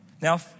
Now